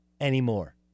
anymore